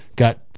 Got